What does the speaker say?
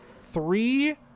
Three